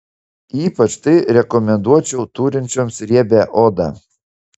ypač tai rekomenduočiau turinčioms riebią odą